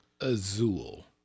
Azul